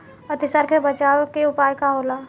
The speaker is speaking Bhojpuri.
अतिसार से बचाव के उपाय का होला?